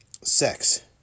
sex